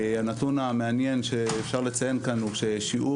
הנתון המעניין שאפשר לציין כאן הוא ששיעור